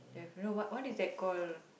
ya you know what what is that called